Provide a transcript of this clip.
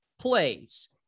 plays